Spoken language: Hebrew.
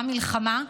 גם מלחמה,